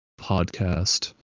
podcast